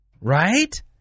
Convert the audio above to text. right